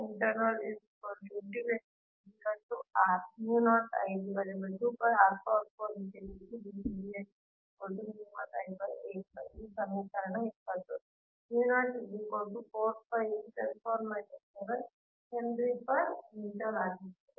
ಇದು ಸಮೀಕರಣ 20 henry per metre ಆಗಿರುತ್ತದೆ